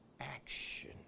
action